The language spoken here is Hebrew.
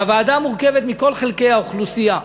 והוועדה מורכבת מכל חלקי האוכלוסייה.